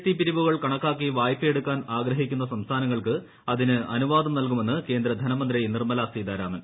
T പിരിവുകൾ കണക്കാക്കി വായ്പയെടുക്കാൻ ആഗ്രഹിക്കുന്ന സംസ്ഥാനങ്ങൾക്ക് അതിന് അനുവാദം നൽകുമെന്ന് കേന്ദ്ര ധനമന്ത്രി നിർമ്മല സീതാരാമൻ